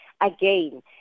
Again